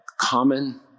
common